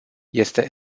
este